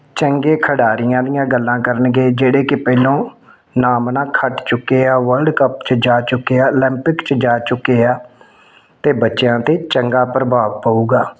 ਚੰਗੇ ਖਿਡਾਰੀਆਂ ਦੀਆਂ ਗੱਲਾਂ ਕਰਨਗੇ ਜਿਹੜੇ ਕਿ ਪਹਿਲਾਂ ਨਾਮ ਨਾ ਖੱਟ ਚੁੱਕੇ ਆ ਵਰਲਡ ਕੱਪ 'ਚ ਜਾ ਚੁੱਕੇ ਆ ਉਲੰਪਿਕ 'ਚ ਜਾ ਚੁੱਕੇ ਆ ਅਤੇ ਬੱਚਿਆਂ 'ਤੇ ਚੰਗਾ ਪ੍ਰਭਾਵ ਪਊਗਾ